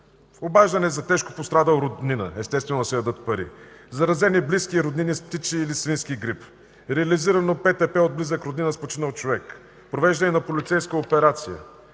обаждане за тежко пострадал роднина – естествено да се дадат пари; заразени близки и роднини с птичи или свински грип; реализирано ПТП от близък роднина с починал човек; провеждане на полицейска операция;